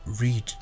read